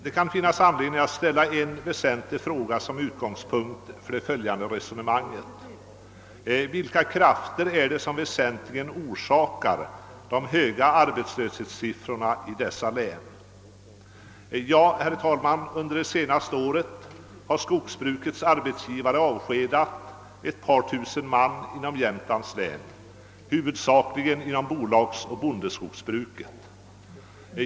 Det kan finnas anledning att ställa en väsentlig fråga som utgångspunkt för det följande resonemanget: Vilka krafter är det som väsentligen orsakar de höga arbetslöshetssiffrorna i dessa län? Ja, under det senaste året har skogsbrukets arbetsgivare avskedat cirka 2 000 man inom Jämtlands län, huvudsakligen inom bolagsoch bondeskogsbruket.